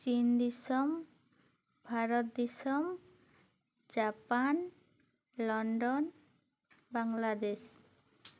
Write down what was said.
ᱪᱤᱱ ᱫᱤᱥᱚᱢ ᱵᱷᱟᱨᱚᱛ ᱫᱤᱥᱚᱢ ᱡᱟᱯᱟᱱ ᱞᱚᱱᱰᱚᱱ ᱵᱟᱝᱞᱟᱫᱮᱥ